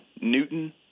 Newton